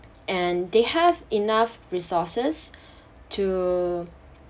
and they have enough resources to